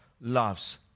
loves